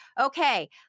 Okay